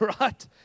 right